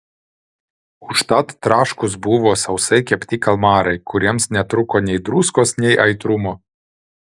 užtat traškūs buvo sausai kepti kalmarai kuriems netrūko nei druskos nei aitrumo